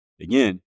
Again